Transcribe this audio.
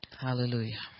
Hallelujah